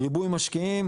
ריבוי משקיעים